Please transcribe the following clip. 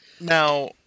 now